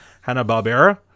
Hanna-Barbera